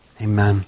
Amen